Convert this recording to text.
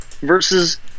Versus